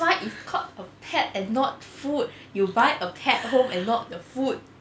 that's why it's called a pet and not food you buy a pet home and not the food